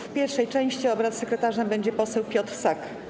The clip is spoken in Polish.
W pierwszej części obrad sekretarzem będzie poseł Piotr Sak.